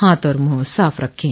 हाथ और मुंह साफ रखें